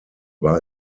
war